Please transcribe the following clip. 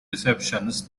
receptions